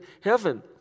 heaven